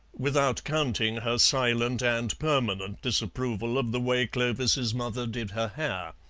without counting her silent and permanent disapproval of the way clovis's mother did her hair.